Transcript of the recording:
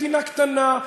מדינה קטנה,